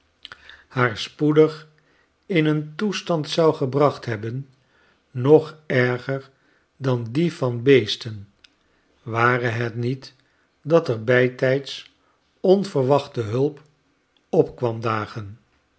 haar spoedig in een toestand zou gebracht hebben nog erger dan die van beesten ware het niet dat er bijtijds onverwachte hulp op kwam dagen